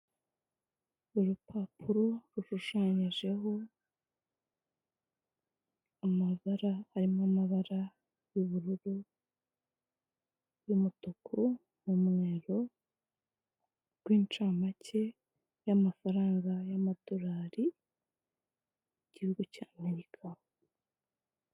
Urupapuro rushushanyijeho amabara harimo amabara y'ubururu, umutuku n'umweru, w'incamake yamafaranga y'amadolari, mu gihugu cy'Amerika.